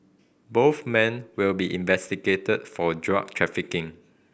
both men will be investigated for drug trafficking